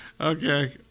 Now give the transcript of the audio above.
okay